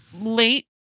late